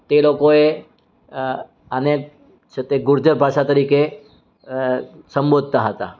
તે લોકોએ આને છે તે ગુર્જર ભાષા તરીકે સંબોધતા હતા